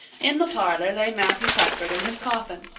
in the parlor lay matthew cuthbert in his coffin,